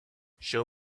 show